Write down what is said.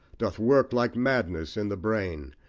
doth work like madness in the brain.